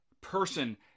person